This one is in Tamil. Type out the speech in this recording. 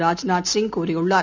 ராஜ்நாத் சிங் கூறியுள்ளார்